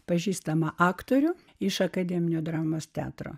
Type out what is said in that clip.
pažįstamą aktorių iš akademinio dramos teatro